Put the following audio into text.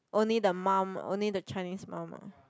only the mum only the Chinese mum ah